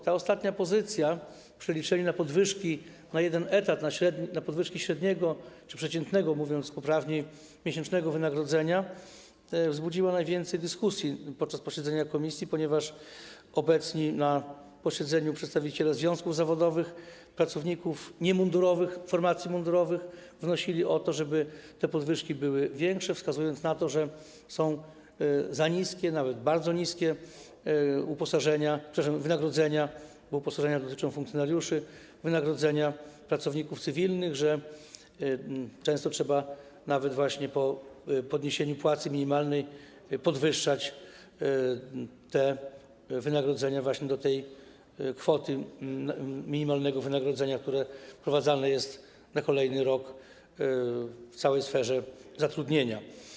Ta ostatnia pozycja w przeliczeniu na podwyżki na jeden etat, na podwyżki średniego czy przeciętnego, mówiąc poprawniej, miesięcznego wynagrodzenia, wzbudziła najwięcej dyskusji podczas posiedzenia komisji, ponieważ obecni na posiedzeniu przedstawiciele związków zawodowych pracowników niemundurowych formacji mundurowych wnosili o to, żeby te podwyżki były większe, wskazując na to, że są za niskie, są nawet bardzo niskie uposażenia, przepraszam, wynagrodzenia, bo uposażenia dotyczą funkcjonariuszy, wynagrodzenia pracowników cywilnych, że często trzeba nawet po podniesieniu płacy minimalnej podwyższać te wynagrodzenia właśnie do kwoty minimalnego wynagrodzenia, które wprowadzane jest na kolejny rok w całej sferze zatrudnienia.